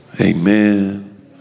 Amen